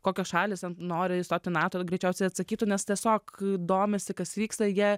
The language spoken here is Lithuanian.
kokios šalys ten nori įstotiį nato greičiausiai atsakytų nes tiesiog domisi kas vyksta jie